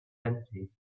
empty